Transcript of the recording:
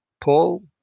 Paul